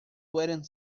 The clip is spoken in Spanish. fueron